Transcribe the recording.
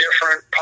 different